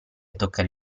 toccare